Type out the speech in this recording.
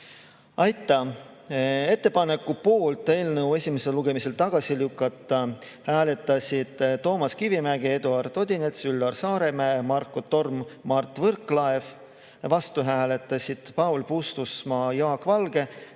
Aitäh! Ettepaneku poolt eelnõu esimesel lugemisel tagasi lükata hääletasid Toomas Kivimägi, Eduard Odinets, Üllar Saaremäe, Marko Torm, Mart Võrklaev, vastu hääletasid Paul Puustusmaa ja Jaak Valge.